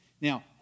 Now